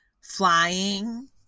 flying